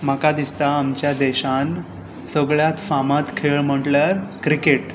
म्हाका दिसता आमच्या देशांत सगळ्यांत फामाद खेळ म्हणल्यार क्रिकेट